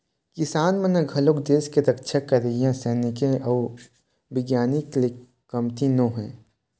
किसान मन ह घलोक देस के रक्छा करइया सइनिक अउ बिग्यानिक ले कमती नो हे